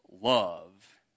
love